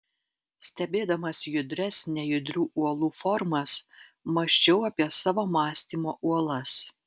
stebėdamas judrias nejudrių uolų formas mąsčiau apie savo mąstymo uolas